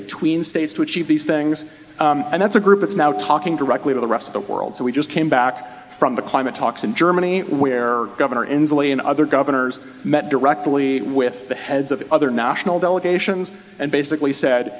between states to achieve these things and that's a group that's now talking directly to the rest of the world so we just came back from the climate talks in germany where governor inslee and other governors met directly with the heads of other national delegations and